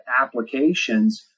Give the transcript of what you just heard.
applications